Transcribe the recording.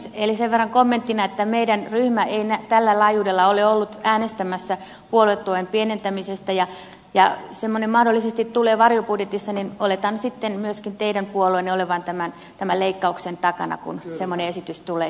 sen verran kommenttina että meidän ryhmä ei tällä laajuudella ole ollut äänestämässä puoluetuen pienentämisestä ja jos semmoinen mahdollisesti tulee varjobudjetissa niin oletan sitten myöskin teidän puolueenne olevan tämän leikkauksen takana kun semmoinen esitys tulee